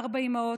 ארבע אימהות,